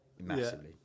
massively